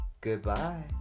Goodbye